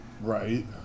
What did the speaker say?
Right